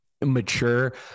mature